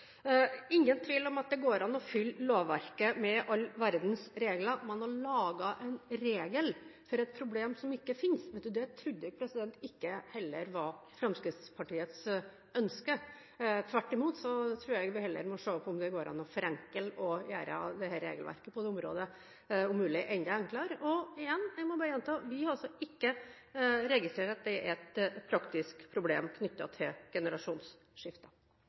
ingen tvil om at det går an å fylle lovverket med all verdens regler, men å lage en regel for et problem som ikke finnes, trodde jeg heller ikke var Fremskrittspartiets ønske. Tvert imot tror jeg heller vi må se på om det går an å forenkle og gjøre regelverket på dette området om mulig enda enklere. Så må jeg bare gjenta at vi ikke har registrert at det er et praktisk problem knyttet til generasjonsskifte.